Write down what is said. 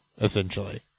essentially